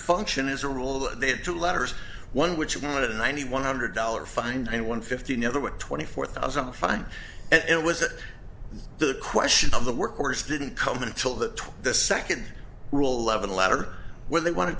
function as a rule they had two letters one which one hundred ninety one hundred dollar fine and one fifteen other what twenty four thousand fine and it was it the question of the workers didn't come until the the second rule eleven letter when they want